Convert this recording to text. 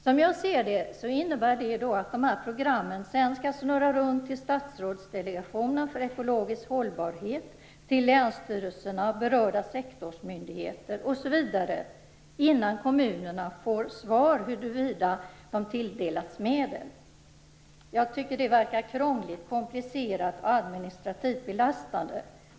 Som jag ser det innebär det att programmen sedan skall snurra runt till Statsrådsdelegationen för ekologisk hållbarhet, till länsstyrelserna, berörda sektorsmyndigheter, osv., innan kommunerna får svar på om de tilldelats medel. Jag tycker att det verkar krångligt, komplicerat och administrativt belastande.